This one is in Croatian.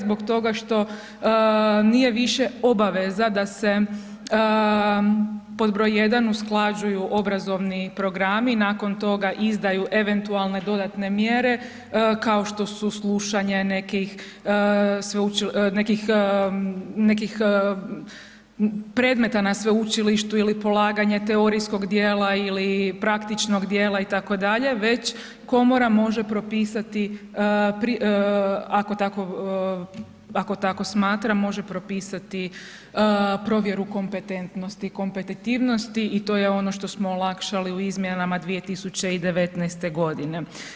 Zbog toga što nije više obaveza da se pod broj jedan usklađuju obrazovni programi, nakon toga izdaju eventualne dodatne mjere, kao što su slušanje nekih, nekih, nekih predmeta na Sveučilištu ili polaganje teorijskog dijela, ili praktičnog dijela i tako dalje, već Komora može propisati, ako tako smatra, može propisati provjeru kompetentnosti, kompetitivnosti i to je ono što smo olakšali u izmjenama 2019.-te godine.